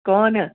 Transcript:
ਕੌਣ